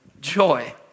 Joy